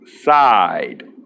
side